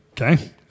Okay